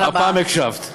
הפעם הקשבת.